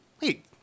wait